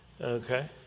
Okay